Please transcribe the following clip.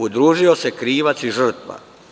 Udružio se krivac i žrtva.